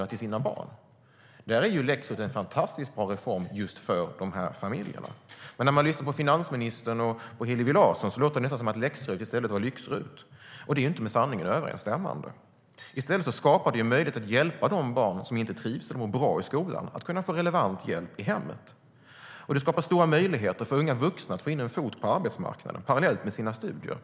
Just för dessa familjer är läx-RUT en fantastiskt bra reform. När man lyssnar på finansministern och Hillevi Larsson låter det dock som om läx-RUT i stället är lyx-RUT. Det är inte med sanningen överensstämmande. I stället skapar det möjlighet för att hjälpa de barn som inte trivs eller mår bra i skolan med att få relevant hjälp i hemmet. Det skapar också stora möjligheter för unga vuxna att få in en fot på arbetsmarknaden parallellt med sina studier.